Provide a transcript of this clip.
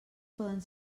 poden